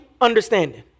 understanding